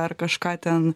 ar kažką ten